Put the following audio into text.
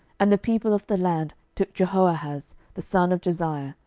and the people of the land took jehoahaz the son of josiah,